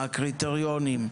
מה הקריטריונים,